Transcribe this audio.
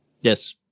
Yes